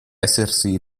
essersi